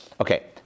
Okay